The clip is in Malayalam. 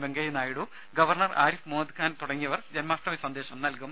വെങ്കയ്യനായിഡു ഗവർണർ ആരിഫ് മുഹമ്മദ് ഖാൻ തുടങ്ങിയവർ ജന്മാഷ്ടമി സന്ദേശം നൽകും